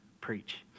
preach